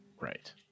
Right